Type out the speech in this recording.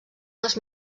les